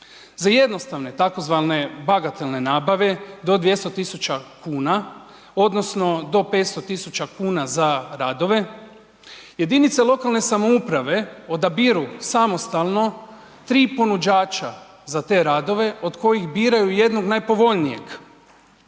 Za jednostavno tzv. bagatelne nabave do 200 tisuća kuna odnosno do 500 tisuća kuna za radove, jedinice lokalne samouprave odabiru samostalno tri ponuđača za te radove od kojih biraju jednog najpovoljnijeg.